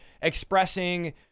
expressing